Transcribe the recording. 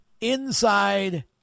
inside